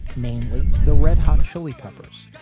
mainly the red hot chili peppers.